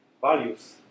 values